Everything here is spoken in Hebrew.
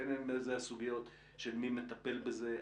בין אם זה הסוגיות של מי מטפל בזה,